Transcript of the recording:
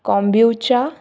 kombucha